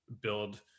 build